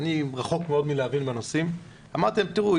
אני רחוק מאוד מלהבין בנושאים ואמרתי להם 'תראו,